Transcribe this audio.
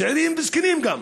צעירים וזקנים גם,